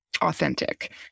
authentic